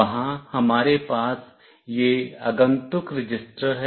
वहाँ हमारे पास यह आगंतुक रजिस्टर है